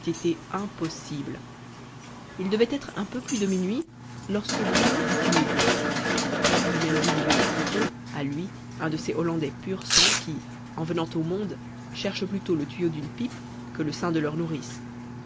impossible il devait être un peu plus de minuit lorsque bruno eut une idée elle eût même dû lui venir plus tôt à lui un de ces hollandais pur sang qui en venant au monde cherchent plutôt le tuyau d'une pipe que le sein de leur nourrice